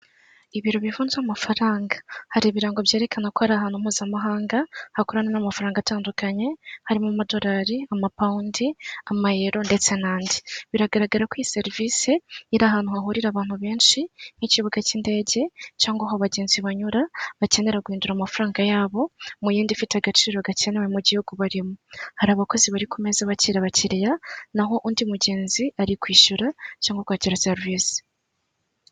Ibiro bivunja amafaranga hari ibirango byerekana ko hari ahantu mpuzamahanga hakorana n'amafaranga atandukanye harimo amadorari ,amapawundi, amayero ndetse n'andi biragaragara ko iyi serivisi iri ahantu hahurira abantu benshi nk'ikibuga cy'indege cyangwa aho abagenzi banyura bakenera guhindura amafaranga yabo mu yindi ifite agaciro gakenewe mu gihugu barimo. Hari abakozi bari ku meza bakira abakiriya naho undi mugenzi ari kwishyura cyangwa kwakira serivisi.